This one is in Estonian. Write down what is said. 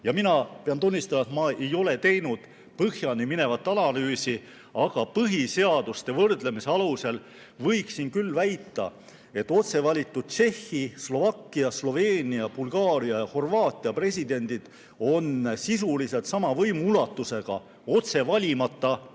suured. Pean tunnistama, et ma ei ole teinud põhjani minevat analüüsi, aga põhiseaduste võrdlemise alusel võiksin küll väita, et otse valitud Tšehhi, Slovakkia, Sloveenia, Bulgaaria ja Horvaatia president on sisuliselt sama võimuulatusega kui otse valimata Eesti